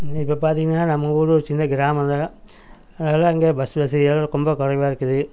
இது இப்போ பார்த்திங்கன்னா நம்ம ஊர் ஒரு சின்ன கிராமந்தான் அதனால் அங்கே பஸ் வசதிகள்லாம் ரொம்ப குறைவா இருக்குது